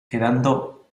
quedando